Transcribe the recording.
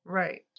right